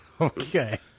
Okay